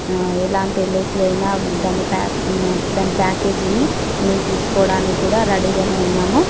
ఎలాంటి ఎల్ఐసీ అయినా దాన్ని ప్యాక్ దాన్ని ప్యాకేజీని మేం తీసుకోవడానిక్ కూడా రెడీగానే ఉన్నాము